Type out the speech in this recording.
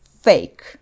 fake